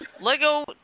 Lego